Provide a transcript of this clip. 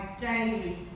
daily